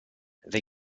they